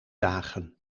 dagen